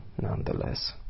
nonetheless